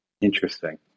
Interesting